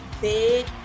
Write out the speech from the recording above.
big